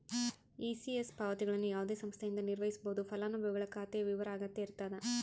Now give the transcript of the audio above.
ECS ಪಾವತಿಗಳನ್ನು ಯಾವುದೇ ಸಂಸ್ಥೆಯಿಂದ ನಿರ್ವಹಿಸ್ಬೋದು ಫಲಾನುಭವಿಗಳ ಖಾತೆಯ ವಿವರ ಅಗತ್ಯ ಇರತದ